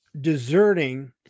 deserting